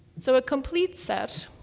so a complete set.